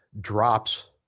drops